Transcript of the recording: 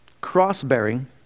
Cross-bearing